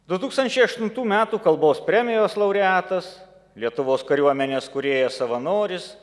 du tūkstančiai aštuntų metų kalbos premijos laureatas lietuvos kariuomenės kūrėjas savanoris